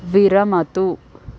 विरमतु